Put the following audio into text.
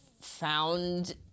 found